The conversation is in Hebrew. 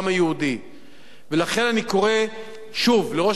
לכן אני קורא, שוב, לראש הממשלה ולכל ממשלתו: